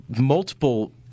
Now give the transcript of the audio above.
multiple